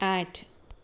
આઠ